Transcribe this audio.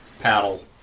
paddle